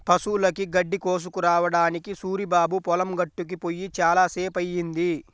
పశువులకి గడ్డి కోసుకురావడానికి సూరిబాబు పొలం గట్టుకి పొయ్యి చాలా సేపయ్యింది